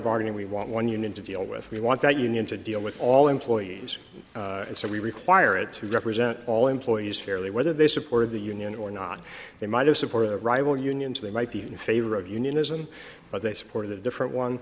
bargaining we want one union to deal with we want that union to deal with all employees and so we require it to represent all employees fairly whether they supported the union or not they might have supported a rival unions they might be in favor of unionism but they support a different one